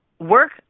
work